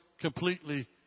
completely